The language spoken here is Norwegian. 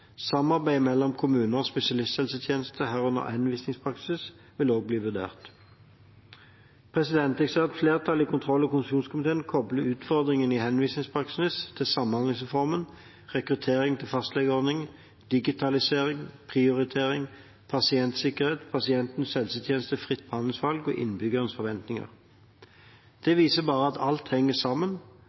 Samarbeid mellom kommuner og spesialisthelsetjeneste, herunder henvisningspraksis, vil også bli vurdert. Jeg ser at flertallet i kontroll- og konstitusjonskomiteen kobler utfordringene i henvisningspraksis til samhandlingsreformen, rekruttering til fastlegeordningen, digitalisering, prioritering, pasientsikkerhet, pasientens helsetjeneste, fritt behandlingsvalg og innbyggernes forventninger. Det viser bare at alt henger sammen,